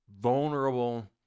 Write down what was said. vulnerable